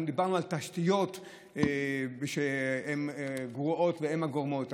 אנחנו דיברנו על תשתיות שהן גרועות והן הגורמות,